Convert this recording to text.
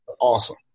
awesome